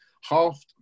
half